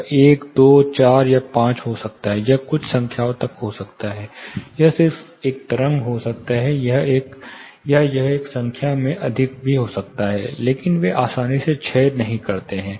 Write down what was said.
यह 1 2 4 या 5 हो सकता है यह कुछ संख्याओं तक हो सकता है यह सिर्फ एक तरंग हो सकता है या यह संख्या में अधिक भी हो सकता है लेकिन वे आसानी से क्षय नहीं करते हैं